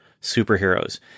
superheroes